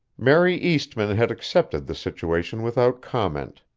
mary eastmann had accepted the situation without comment.